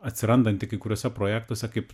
atsirandanti kai kuriuose projektuose kaip